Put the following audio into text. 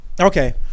Okay